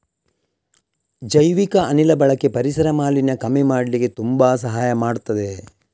ಜೈವಿಕ ಅನಿಲ ಬಳಕೆ ಪರಿಸರ ಮಾಲಿನ್ಯ ಕಮ್ಮಿ ಮಾಡ್ಲಿಕ್ಕೆ ತುಂಬಾ ಸಹಾಯ ಮಾಡ್ತದೆ